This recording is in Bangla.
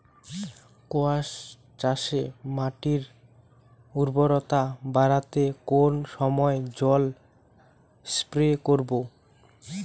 কোয়াস চাষে মাটির উর্বরতা বাড়াতে কোন সময় জল স্প্রে করব?